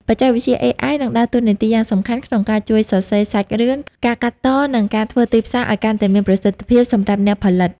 បច្ចេកវិទ្យា AI នឹងដើរតួនាទីយ៉ាងសំខាន់ក្នុងការជួយសរសេរសាច់រឿង ការកាត់ត និងការធ្វើទីផ្សារឱ្យកាន់តែមានប្រសិទ្ធភាពសម្រាប់អ្នកផលិត។